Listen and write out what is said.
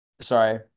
Sorry